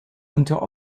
unter